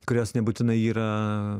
kurios nebūtinai yra